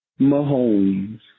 Mahomes